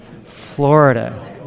Florida